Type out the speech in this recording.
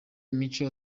mico